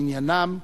למניינם,